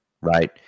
right